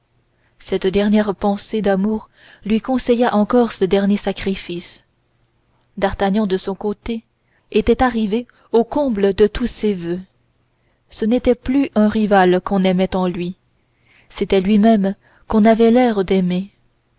cette dernière pensée d'amour lui conseilla encore ce dernier sacrifice d'artagnan de son côté était arrivé au comble de tous ses voeux ce n'était plus un rival qu'on aimait en lui c'était lui-même qu'on avait l'air d'aimer